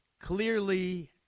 clearly